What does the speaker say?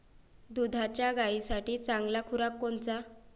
दुधाच्या गायीसाठी चांगला खुराक कोनचा?